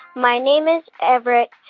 my name is everett,